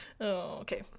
okay